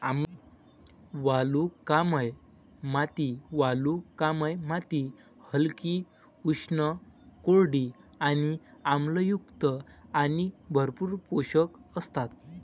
वालुकामय माती वालुकामय माती हलकी, उष्ण, कोरडी आणि आम्लयुक्त आणि भरपूर पोषक असतात